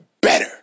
better